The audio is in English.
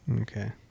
Okay